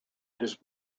his